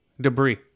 Debris